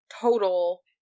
total